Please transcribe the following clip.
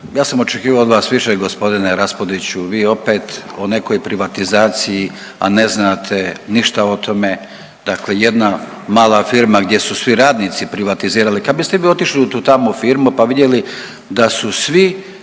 ja sam očekivao od vas više g. Raspudiću, vi opet o nekoj privatizaciji, a ne znate ništa o tome da ako jedna mala firma gdje su svi radnici privatizirali, kad biste vi otišli u tu tamo firmu, pa vidjeli da su svi